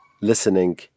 listening